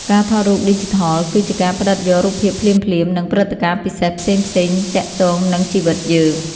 ការថតរូបឌីជីថល គឺជាការផ្ដិតយករូបភាពភ្លាមៗ និងព្រឹត្តិការណ៍ពិសេសផ្សេងៗទាក់ទងនឹងជីវិតយើង។